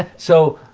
so,